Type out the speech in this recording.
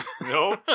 No